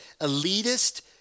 elitist